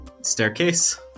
Staircase